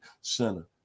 center